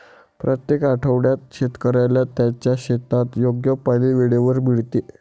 प्रत्येक आठवड्यात शेतकऱ्याला त्याच्या शेतात योग्य पाणी वेळेवर मिळते